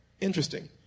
Interesting